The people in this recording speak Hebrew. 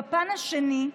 בפן השני,